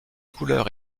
couleurs